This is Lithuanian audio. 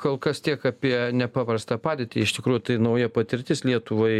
kol kas tiek apie nepaprastą padėtį iš tikrųjų tai nauja patirtis lietuvai